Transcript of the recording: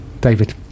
David